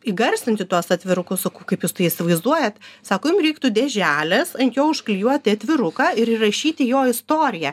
įgarsinti tuos atvirukus sakau kaip jūs tai įsivaizduojat sako jum reiktų dėželės ant jo užklijuoti atviruką ir įrašyti jo istoriją